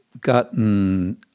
gotten